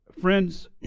Friends